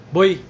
Boy